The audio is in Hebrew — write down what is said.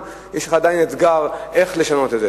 עדיין יש לך אתגר איך לשנות את זה.